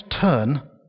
turn